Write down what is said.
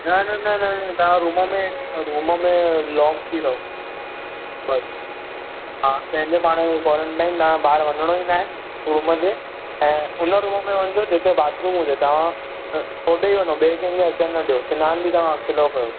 न न न न तव्हां रूम में रूम मे लॉक थी रहो बसि हा पंहिंजे पाण खे कॉरंटाइन था ॿाहिरि वञिणो ई ना आहे रूम जे ऐं हुन रूम में वञिजो जिथे बाथरूम हुजे तव्हां होॾे ई वञो ॿिएं कंहिंखे अचणु न ॾियो सनान बि तव्हां अकेलो कयो